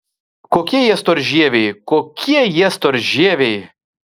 kokie jie storžieviai kokie jie storžieviai